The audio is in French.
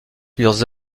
plusieurs